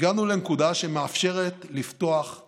הגענו לנקודה שמאפשרת לפתוח את